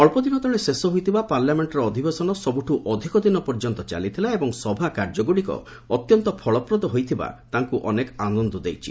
ଅଳ୍ପ ଦିନ ତଳେ ଶେଷ ହୋଇଥିବା ପାର୍ଲାମେଣ୍ଟର ଅଧିବେଶନ ସବ୍ରଠ ଅଧିକ ଦିନ ପର୍ଯ୍ୟନ୍ତ ଚାଲିଥିଲା ଏବଂ ସଭାକାର୍ଯ୍ୟଗୁଡ଼ିକ ଅତ୍ୟନ୍ତ ଫଳପ୍ରଦ ହୋଇଥିବା ତାଙ୍କୁ ଅନେକ ଆନନ୍ଦ ଦେଇଛି